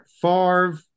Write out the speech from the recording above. Favre